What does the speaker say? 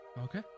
Okay